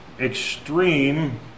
extreme